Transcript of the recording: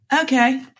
okay